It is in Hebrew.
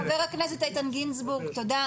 חבר הכנסת איתן גינזבורג, תודה.